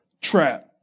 trap